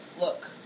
Look